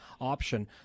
option